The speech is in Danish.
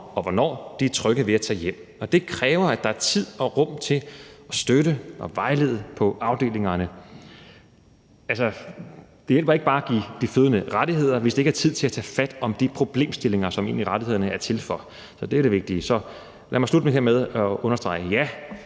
og hvornår de er trygge ved at tage hjem. Og det kræver, at der er tid og rum til at støtte og vejlede på afdelingerne. Det hjælper ikke bare at give de fødende rettigheder, hvis de ikke har tid til at tage fat om de problemstillinger, som rettighederne egentlig er til for. Så det er det vigtige. Lad mig slutte med hermed at understrege, at